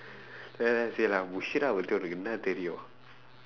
then I say musharaff பத்தி உனக்கு என்ன தெரியும்:paththi unakku enna theriyum